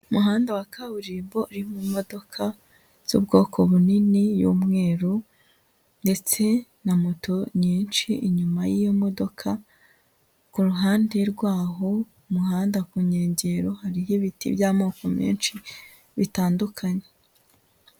Umuhanda wa kaburimbo urimo imodoka z'ubwoko bunini y'umweru ndetse na moto nyinshi inyuma y'iyo modoka, ku ruhande rwaho umuhanda ku nkengero hariho ibiti by'amoko menshi bitandukanye.